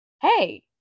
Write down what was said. hey